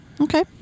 Okay